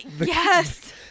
Yes